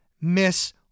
miss